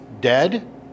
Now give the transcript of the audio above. dead